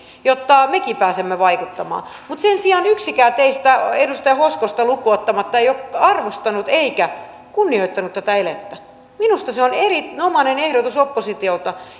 jotta mekin pääsemme vaikuttamaan mutta sen sijaan yksikään teistä edustaja hoskosta lukuun ottamatta ei ole arvostanut eikä kunnioittanut tätä elettä minusta se on erinomainen ehdotus oppositiolta